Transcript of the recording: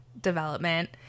development